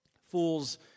Fools